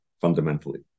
fundamentally